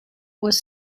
was